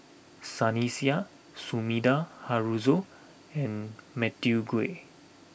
Sunny Sia Sumida Haruzo and Matthew Ngui